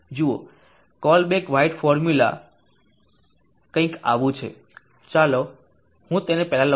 જુઓ Colebrook White formula કંઈક આવું છે ચાલો હું તેને પહેલા લખું